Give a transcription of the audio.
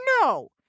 no